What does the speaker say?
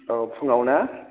औ फुङाव ना